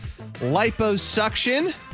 liposuction